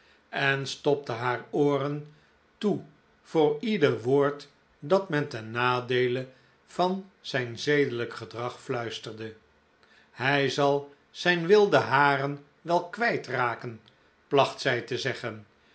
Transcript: en stopte haar ooren toe voor ieder woord dat men ten nadeele van zijn zedelijk gedrag fluisterde hij zal zijn wilde haren wel kwijt raken placht zij te zeggen